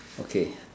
okay